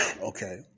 Okay